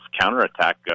counterattack